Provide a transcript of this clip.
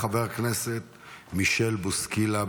חבר הכנסת מישל בוסקילה,